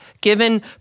given